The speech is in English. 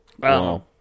Wow